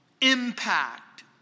impact